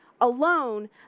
alone